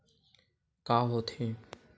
का होथे?